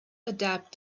adapt